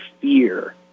fear